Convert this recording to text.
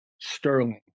sterling